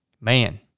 Man